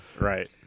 Right